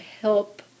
help